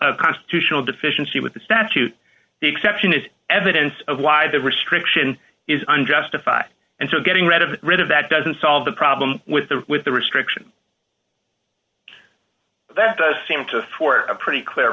constitutional deficiency with the statute the exception is evidence of why the restriction is unjustified and so getting rid of rid of that doesn't solve the problem with the with the restriction that does seem to for a pretty clear